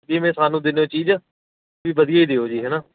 ਜਿਵੇਂ ਸਾਨੂੰ ਦਿੰਦੇ ਹੋ ਚੀਜ਼ ਵੀ ਵਧੀਆ ਹੀ ਦਿਓ ਜੀ ਹੈ ਨਾ